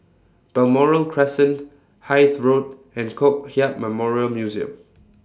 Balmoral Crescent Hythe Road and Kong Hiap Memorial Museum